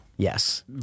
Yes